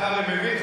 אתה הרי מבין,